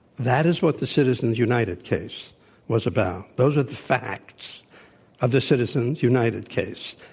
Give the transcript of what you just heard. that is what the citizens united case was about. those are the facts of the citizens united case.